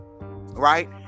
right